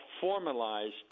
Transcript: formalized